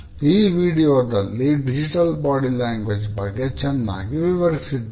ಈ ವೀಡಿಯೋದಲ್ಲಿ digital body language ಬಗ್ಗೆ ಚೆನ್ನಾಗಿ ವಿವರಿಸಿದ್ದಾರೆ